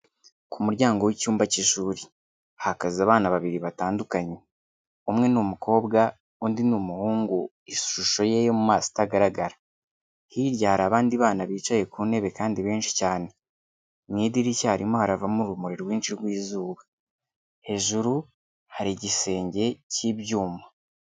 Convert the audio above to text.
Ku muryango w'icyumba cy'ishuri hahagaze abana babiri batandukanye, umwe ni umukobwa undi ni umuhungu ishusho ye yo mu maso itagaragara; hirya hari abandi bana bicaye ku ntebe kandi benshi cyane, mu idirishya harimo haravamo urumuri rwinshi rw'izuba, hejuru hari igisenge cy'ibyuma.